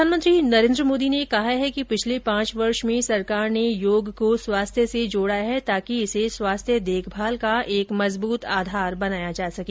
प्रधानमंत्री नरेन्द्र मोदी ने कहा है कि पिछले पांच वर्ष में सरकार ने योग को स्वास्थ्य से जोड़ा है ताकि इसे स्वास्थ्य देखभाल का एक मजबूत आधार बनाया जा सके